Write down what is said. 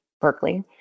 Berkeley